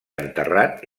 enterrat